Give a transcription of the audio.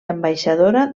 ambaixadora